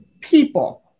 people